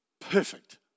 perfect